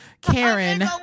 karen